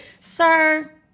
Sir